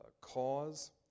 cause